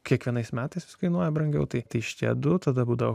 kiekvienais metais kainuoja brangiau tai šitie du tada būdavo